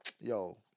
Yo